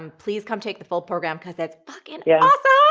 um please come take the full program because it's fucking yeah awesome.